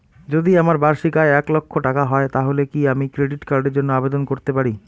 যদি আমার বার্ষিক আয় এক লক্ষ টাকা হয় তাহলে কি আমি ক্রেডিট কার্ডের জন্য আবেদন করতে পারি?